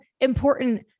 important